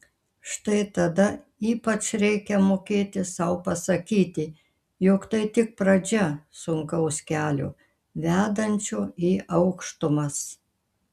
štai tada ypač reikia mokėti sau pasakyti jog tai tik pradžia sunkaus kelio vedančio į aukštumas